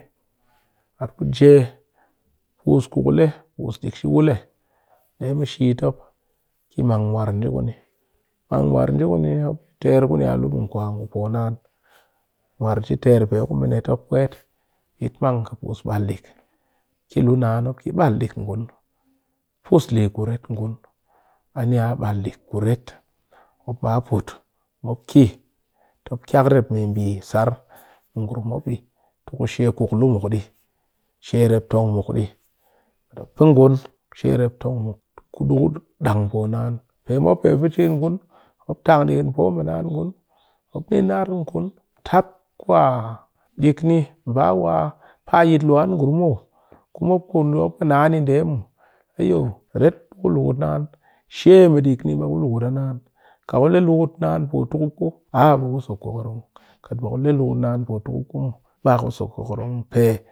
Kaat ku je puus ku ku le puus dick she wul le, de mɨ shit kɨ mang mu'ar je kuni mang mu'ar nje kuni mop ter kun i a lu mɨ ngu poo naan mu'ar nje ter pee ku menit mop wet, bitmang kɨ pus bal dick ki luu naan mop bal dick ngu n pus li kuret ngun ani ya bal dick kuret. mop baa puut kiya njep mbi sar mɨ ngurum mop dɨ te ku she kuk lu muk di she rep tong muk di pe ku du dang poo naan pe mop pɨ chin ngun mop tang dighin poo mi naan ngun mop nin ar ngu n ku tap kwa dick ni baa waa pee a yitluwan ngurum mop muw ku mop ɗɨ mop kɨ naa ni dɨ hayo ret ku le luu'kut naan she ret ku lukuut naan potogkup ɓe ku so kokorong kahe mɨ dick ku she mɨ dick ni bɨ ku luukut naan, kat ku le luukut mɨ naan be ku so kokorong fe.